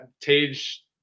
Tage